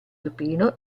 alpino